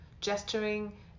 gesturing